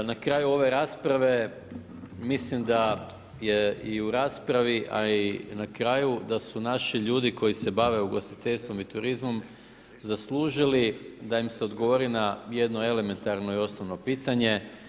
Na kraju ove rasprave, mislim da je i u raspravi, a i na kraju, da su naši ljudi koji se bave ugostiteljstvom i turizmom zaslužili da im se odgovori na jedno elementarno i osnovno pitanje.